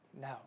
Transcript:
No